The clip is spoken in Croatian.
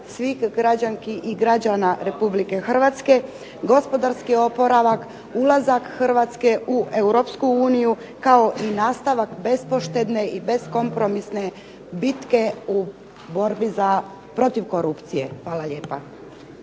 svih građanki i građana Republike Hrvatske, gospodarski oporavak, ulazak Hrvatske u Europsku uniju, kao i nastavak bespoštedne i beskompromisne bitke u borbi za, protiv korupcije. Hvala lijepa.